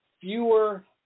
fewer